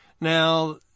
Now